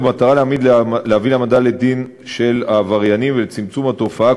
ובמטרה להביא להעמדה לדין של העבריינים ולצמצום התופעה,